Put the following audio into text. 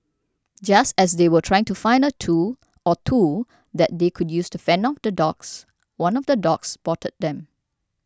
just as they were trying to find a tool or two that they could use to fend off the dogs one of the dogs spotted them